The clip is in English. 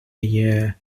year